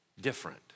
different